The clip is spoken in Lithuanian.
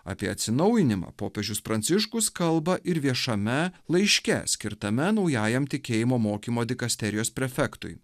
apie atsinaujinimą popiežius pranciškus kalba ir viešame laiške skirtame naujajam tikėjimo mokymo dikasterijos prefektui